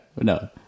no